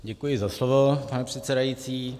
Děkuji za slovo, pane předsedající.